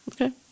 okay